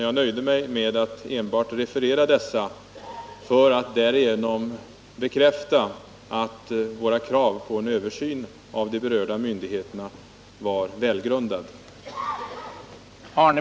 Jag nöjde mig med att enbart referera dessa, för att därigenom bekräfta att våra krav på en översyn av de berörda myndigheterna var välgrundade.